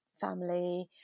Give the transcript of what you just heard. family